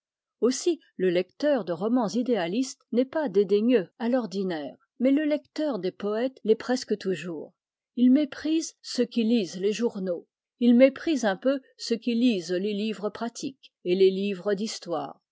aussi le lecteur de romans idéalistes n'est pas dédaigneux à l'ordinaire mais le lecteur des poètes l'est presque toujours il méprise ceux qui lisent les journaux il méprise un peu ceux qui lisent les livres pratiques et les livres d'histoire